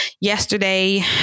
yesterday